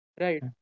right